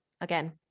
Again